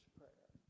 prayer